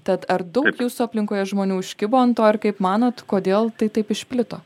tad ar daug jūsų aplinkoje žmonių užkibo ant to ir kaip manot kodėl tai taip išplito